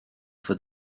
for